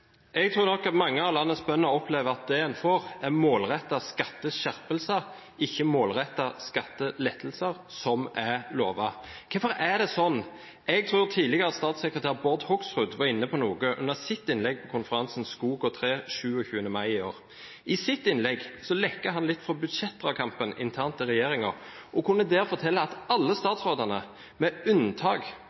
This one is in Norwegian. Jeg tror nok at mange av landets bønder opplever at det en får, er målrettede skatteskjerpelser, ikke målrettede skattelettelser, som er lovet. Hvorfor er det sånn? Jeg tror tidligere statssekretær Bård Hoksrud var inne på noe under sitt innlegg på konferansen Skog og Tre 27. mai i år. I sitt innlegg lekket han litt fra budsjettdragkampen internt i regjeringen og kunne der fortelle at alle statsrådene, med unntak